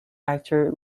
actor